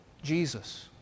Jesus